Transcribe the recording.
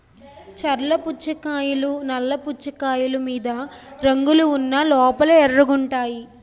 చర్ల పుచ్చకాయలు నల్ల పుచ్చకాయలు మీద రంగులు ఉన్న లోపల ఎర్రగుంటాయి